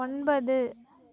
ஒன்பது